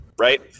right